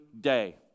day